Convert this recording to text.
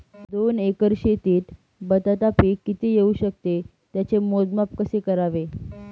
दोन एकर शेतीत बटाटा पीक किती येवू शकते? त्याचे मोजमाप कसे करावे?